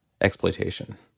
exploitation